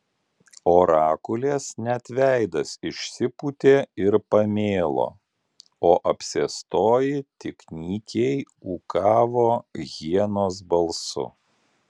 orakulės net veidas išsipūtė ir pamėlo o apsėstoji tik nykiai ūkavo hienos balsu